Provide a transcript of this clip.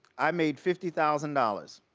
i made fifty thousand dollars.